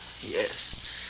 Yes